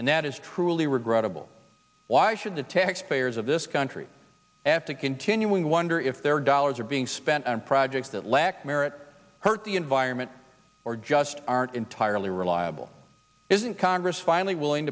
and that is truly regrettable why should the taxpayers of this country after continuing wonder if their dollars are being spent on projects that lacked merit hurt the environment or just aren't entirely reliable isn't congress finally willing